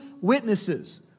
witnesses